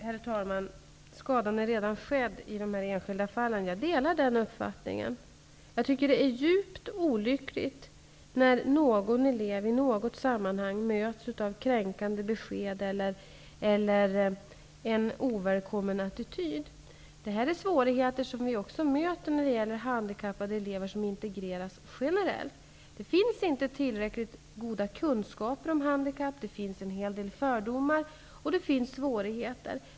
Herr talman! Jag delar uppfattningen att skadan redan är skedd i de enskilda fallen. Jag tycker att det är djupt olyckligt när någon elev i något sammanhang möts av kränkande besked eller av en ovälkommen attityd. Det här är svårigheter som vi även möter när det gäller handikappade elever som integrerats generellt. Det finns inte tillräckligt goda kunskaper om handikapp. Det finns en hel del fördomar. Det finns svårigheter.